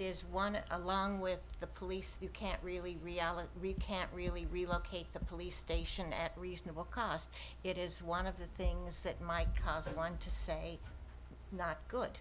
is one along with the police you can't really reality really can't really relocate the police station at reasonable cost it is one of the things that might cause one to say not good